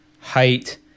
Height